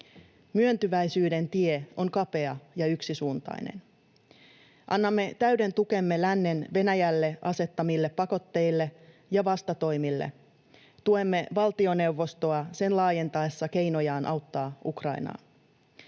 Myöntyväisyyden tie on kapea ja yksisuuntainen. Annamme täyden tukemme lännen Venäjälle asettamille pakotteille ja vastatoimille. Tuemme valtioneuvostoa sen laajentaessa keinojaan auttaa Ukrainaa.